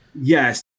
Yes